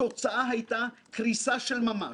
התוצאה הייתה קריסה של ממש,